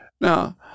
Now